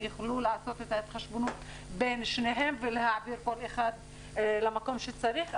הם יוכלו לעשות את ההתחשבנות בין שניהם ולהעביר כל אחד למקום שצריך,